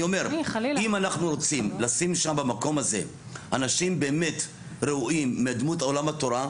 אם אנחנו רוצים לשים שם במקום הזה אנשים באמת ראויים מדמות עולם התורה,